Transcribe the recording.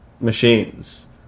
machines